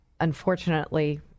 Unfortunately